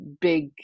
big